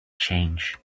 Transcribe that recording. change